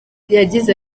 yagize